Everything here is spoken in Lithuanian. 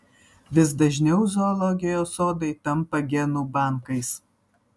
vis dažniau zoologijos sodai tampa genų bankais